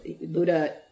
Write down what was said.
Buddha